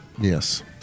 yes